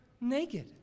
naked